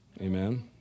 Amen